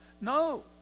no